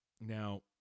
Now